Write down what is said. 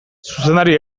zuzendari